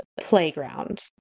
Playground